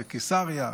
בקיסריה,